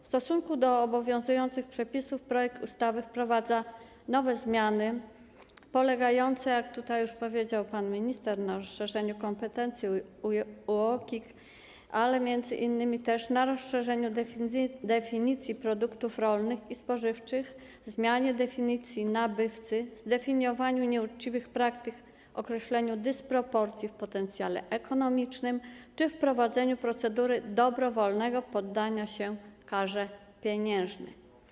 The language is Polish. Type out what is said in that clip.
W stosunku do obowiązujących przepisów w projekcie ustawy wprowadza się nowe zmiany polegające na - jak już tutaj powiedział pan minister - rozszerzeniu kompetencji UOKiK, jak również rozszerzeniu definicji produktów rolnych i spożywczych, zmianie definicji nabywcy, zdefiniowaniu nieuczciwych praktyk, określeniu dysproporcji w potencjale ekonomicznym czy wprowadzeniu procedury dobrowolnego poddania się karze pieniężnej.